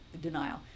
denial